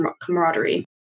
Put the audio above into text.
camaraderie